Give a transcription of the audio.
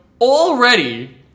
already